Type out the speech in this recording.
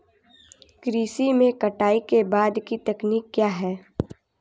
कृषि में कटाई के बाद की तकनीक क्या है?